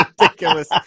ridiculous